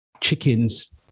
chickens